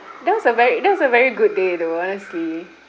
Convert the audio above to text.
that was a very that was a very good day though honestly